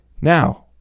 Now